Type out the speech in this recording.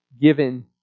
given